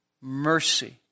mercy